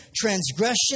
transgression